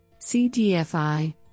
CDFI